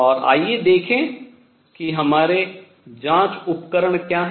और आइए देखें कि हमारे जांच उपकरण क्या हैं